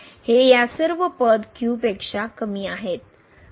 हे या सर्व पद q पेक्षा कमी आहेत